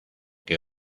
que